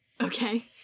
Okay